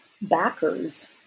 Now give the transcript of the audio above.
backers